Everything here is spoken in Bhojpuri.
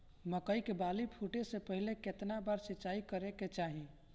मकई के बाली फूटे से पहिले केतना बार सिंचाई करे के चाही?